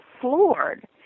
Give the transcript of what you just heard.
floored